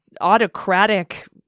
autocratic